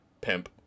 pimp